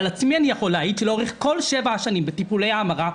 על עצמי אני יכול להעיד שלאורך כל שבע השנים בטיפולי ההמרה,